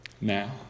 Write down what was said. Now